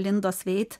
lindos veit